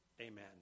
amen